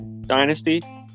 dynasty